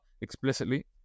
explicitly